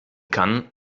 kann